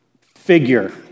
figure